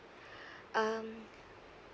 um